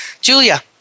Julia